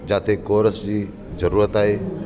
जाते कोरस जी ज़रूरुत आहे